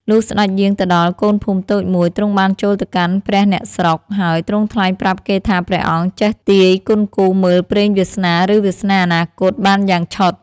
លុះស្ដេចយាងទៅដល់កូនភូមិតូចមួយ ទ្រង់បានចូលទៅកាន់ព្រះអ្នកស្រុក ហើយទ្រង់ថ្លែងប្រាប់គេថាព្រះអង្គចេះទាយគន់គូរមើលព្រេងវាសនា ឬវាសនាអនាគតបានយ៉ាងឆុត ។